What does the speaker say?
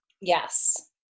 Yes